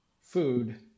food